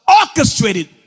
orchestrated